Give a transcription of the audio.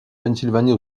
pennsylvanie